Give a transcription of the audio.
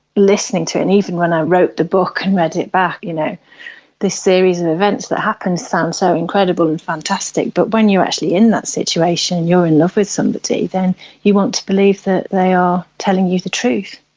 listening to it and even when i wrote the book and read it back, you know this series of events that happened sounds so incredible and fantastic, but when you are actually in that situation and you are in love with somebody then you want to believe that they are telling you the truth.